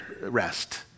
rest